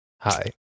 Hi